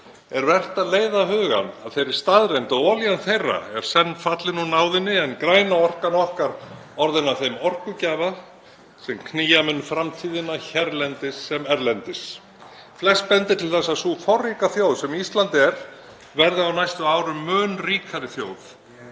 er vert að leiða hugann að þeirri staðreynd að olían þeirra er senn fallin úr náðinni en græna orkan okkar orðin að þeim orkugjafa sem knýja mun framtíðina hérlendis sem erlendis. Flest bendir til að sú forríka þjóð sem Ísland er verði á næstu árum mun ríkari þjóð,